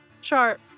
Sharp